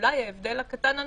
אולי ההבדל הקטן הנוסף,